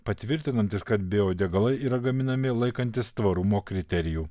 patvirtinantis kad biodegalai yra gaminami laikantis tvarumo kriterijų